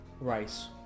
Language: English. Rice